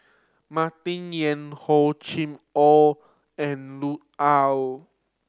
Martin Yan Hor Chim Or and Lut Ali